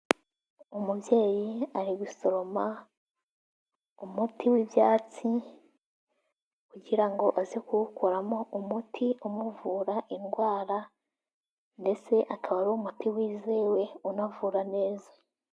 Umubyeyi ari gusoroma umuti w'ibyatsi kugira ngo aze kuwukoramo umuti umuvura indwara ndetse akaba ari umuti wizewe unavura neza.